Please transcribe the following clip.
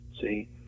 See